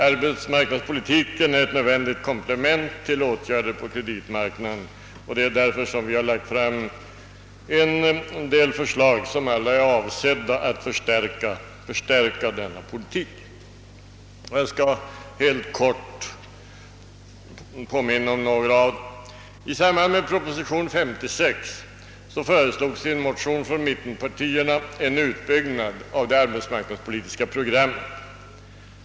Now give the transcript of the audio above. Arbetsmarknadspolitiken är ett nödvändigt komplement till åtgärder på kreditmarknaden, och därför har vi lagt fram en del förslag som är avsedda att förstärka denna politik. Jag skall helt kort påminna om några av dem. I samband med proposition nr 56 föreslogs i en motion från mittenpartierna en utbyggnad av det arbetsmarknadspolitiska programmet.